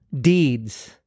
Deeds